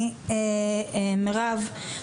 מרב,